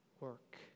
work